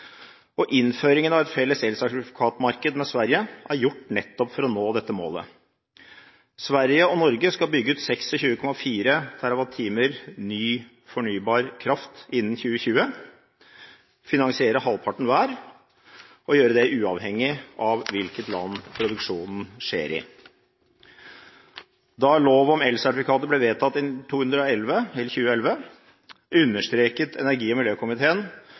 Innføringen av et felles elsertifikatmarked med Sverige er gjort nettopp for å nå dette målet. Sverige og Norge skal bygge ut 26,4 TWh ny fornybar kraft innen 2020 og finansiere halvparten hver, uavhengig av hvilket land produksjonen skjer i. Da lov om elsertifikater ble vedtatt i 2011, understreket energi- og miljøkomiteen